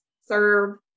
serve